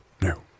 No